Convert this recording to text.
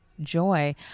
joy